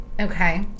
Okay